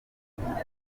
perezida